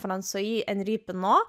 fransoi enri pino